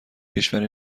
کشوری